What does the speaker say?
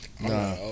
Nah